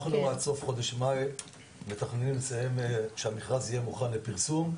אנחנו לקראת חודש מאי מתכננים את זה כך שהמכרז יהיה מוכן לפרסום,